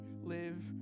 live